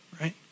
right